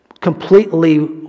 completely